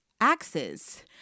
axes